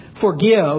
forgive